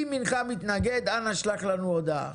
אם אתה מתנגד, אנא שלח לנו הודעה.